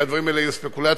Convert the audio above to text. והדברים האלה יהיו ספקולציות.